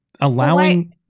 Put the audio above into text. Allowing